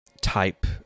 type